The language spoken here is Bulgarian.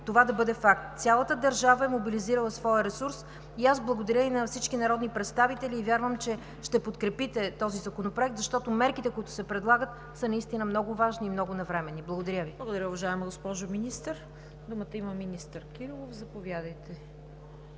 това да бъде факт. Цялата държава е мобилизирала своя ресурс. Благодаря на всички народни представители и вярвам, че ще подкрепите този законопроект, защото мерките, които се предлагат, са наистина много важни и много навременни. Благодаря Ви. ПРЕДСЕДАТЕЛ ЦВЕТА КАРАЯНЧЕВА: Благодаря, уважаема госпожо Министър. Думата има министър Кирилов. Заповядайте,